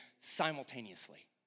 simultaneously